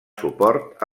suport